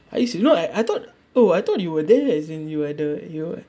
I see no I I thought no I thought you were there as in you were at the you you were where